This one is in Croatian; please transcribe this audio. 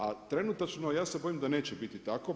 A trenutačno ja se bojim da neće biti tako.